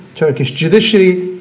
turkish judiciary,